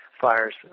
fires